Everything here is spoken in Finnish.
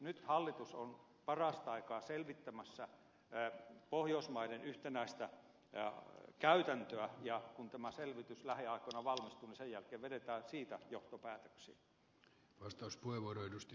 nyt hallitus on parasta aikaa selvittämässä pohjoismaiden yhtenäistä käytäntöä ja kun tämä selvitys lähiaikoina valmistuu sen jälkeen vedetään siitä johtopäätöksiä